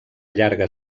llarga